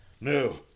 No